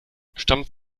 stammt